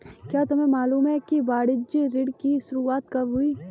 क्या तुम्हें मालूम है कि वाणिज्य ऋण की शुरुआत कब हुई?